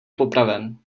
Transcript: popraven